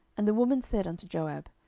and the woman said unto joab,